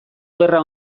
gerra